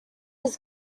his